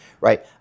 right